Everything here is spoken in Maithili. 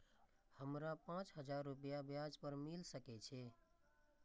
हमरा पाँच हजार रुपया ब्याज पर मिल सके छे?